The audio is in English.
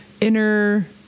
inner